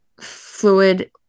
fluid